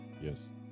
Yes